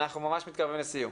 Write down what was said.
אנחנו מתקרבים לסיום.